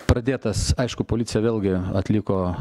pradėtas aišku policija vėlgi atliko